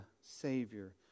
savior